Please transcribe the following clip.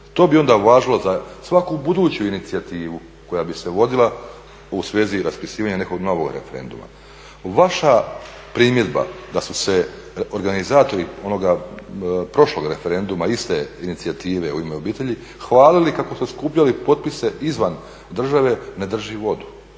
To bi onda važilo za svaku buduću inicijativu koja bi se vodila u svezi raspisivanja nekog novog referenduma. Vaša primjedba da su se organizatori onoga prošlog referenduma iste inicijative "U ime obitelji" hvalili kako su skupljali potpise izvan države ne drži vodu.